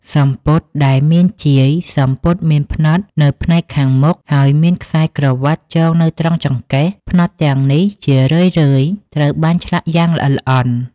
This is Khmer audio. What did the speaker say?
សំពត់ដែលមានជាយ សំពត់មានផ្នត់នៅផ្នែកខាងមុខ ហើយមានខ្សែក្រវាត់ចងនៅត្រង់ចង្កេះ ផ្នត់ទាំងនេះជារឿយៗត្រូវបានឆ្លាក់យ៉ាងល្អិតល្អន់។